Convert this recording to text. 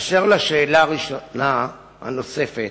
אשר לשאלה הראשונה הנוספת,